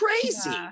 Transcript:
crazy